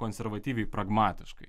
konservatyviai pragmatiškai